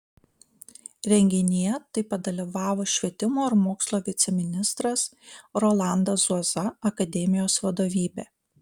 renginyje taip pat dalyvavo švietimo ir mokslo viceministras rolandas zuoza akademijos vadovybė